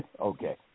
Okay